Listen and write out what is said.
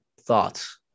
thoughts